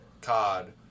COD